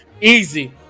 easy